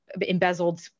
embezzled